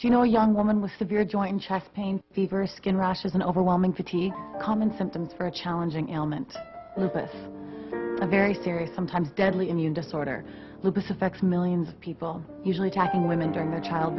do you know young woman with severe join chest pain fever skin rashes an overwhelming fatigue a common symptom for a challenging element lupus a very serious sometimes deadly immune disorder lupus affects millions of people usually talking women during the child